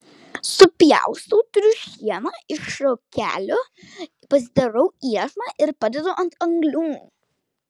supjaustau triušieną iš šakelių pasidarau iešmą ir padedu ant anglių